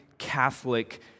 catholic